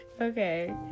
okay